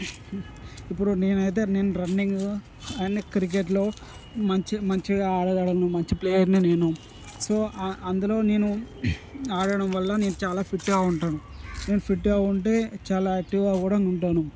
ఇప్పుడు నేనైతే నేను రన్నింగ్ అని క్రికెట్లో మంచిగా మంచిగా ఆడగలను మంచి ప్లేయర్ని నేను సో అందులో నేను ఆడడం వల్ల నేను చాలా ఫిట్టుగా ఉంటాను నేను ఫిట్టుగా ఉంటే చాలా యాక్టివ్గా కూడా ఉంటాను